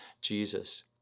Jesus